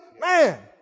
Man